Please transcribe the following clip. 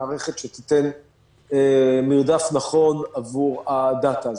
מערכת שתיתן מרדף נכון עבור הדאטה הזה.